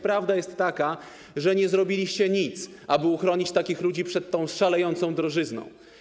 Prawda jest taka, że nie zrobiliście nic, aby uchronić takich ludzi przed tą szalejącą drożyzną.